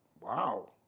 Wow